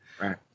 Right